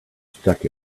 stuck